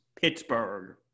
Pittsburgh